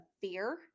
fear